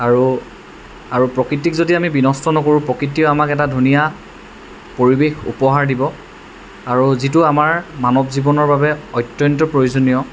আৰু আৰু প্ৰকৃতিক যদি আমি বিনষ্ট নকৰোঁ প্ৰকৃতিয়েও আমাক এটা ধুনীয়া পৰিৱেশ উপহাৰ দিব আৰু যিটো আমাৰ মানৱ জীৱনৰ বাবে অত্যন্ত প্ৰয়োজনীয়